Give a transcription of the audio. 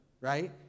right